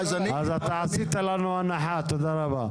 אז עשית לנו הנחה, תודה רבה.